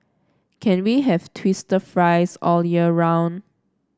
can we have twister fries all year round